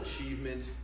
achievement